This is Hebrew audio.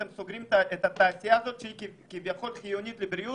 אתם סוגרים את התעשייה הזו שהיא חיונית לבריאות